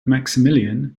maximilian